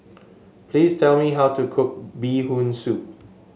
please tell me how to cook Bee Hoon Soup